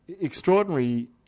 extraordinary